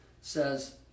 says